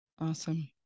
Awesome